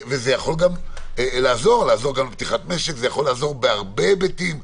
וזה יכול גם לעזור בפתיחת המשק, בהרבה היבטים,